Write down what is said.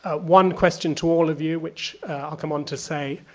one question to all of you, which i'll come on to say,